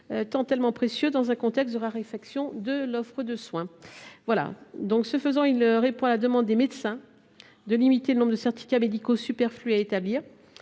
tellement précieux dans un contexte de raréfaction de l’offre de soins. Ce faisant, il répond à la demande des médecins de limiter le nombre de certificats médicaux superflus à établir.